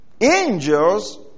angels